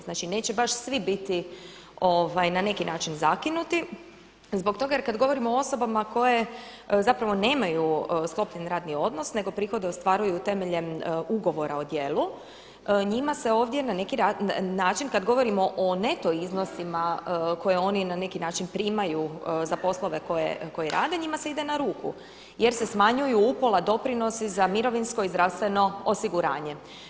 Znači neće baš svi biti na neki način zakinuti zbog toga jer kad govorimo o osobama koje zapravo nemaju sklopljen radni odnos nego prihode ostvaruju temeljem ugovora o djelu njima se ovdje na neki način kad govorimo o neto iznosima koje oni na neki način primaju za poslove koje rade njima se ide na ruku jer se smanjuju upola doprinosi za mirovinsko i zdravstveno osiguranje.